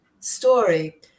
story